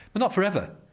but not forever.